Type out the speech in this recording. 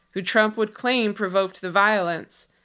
who trump would claim provoked the violence.